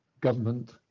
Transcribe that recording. government